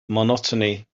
monotony